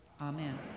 Amen